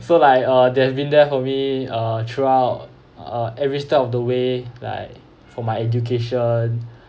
so like uh they've been there for me uh throughout uh every step of the way like for my education